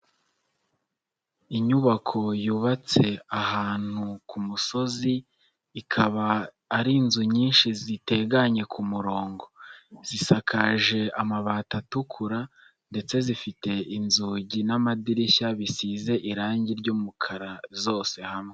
Inyubako yubatse ahantu ku musozi, ikaba ari inzu nyinshi ziteganye ku murongo. Zisakaje amabati atukura ndetse zifite inzugi n'amadirishya bisize irangi ry'umukara zose hamwe.